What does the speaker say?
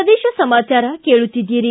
ಪ್ರದೇಶ ಸಮಾಚಾರ ಕೇಳುತ್ತಿದ್ದೀರಿ